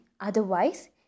Otherwise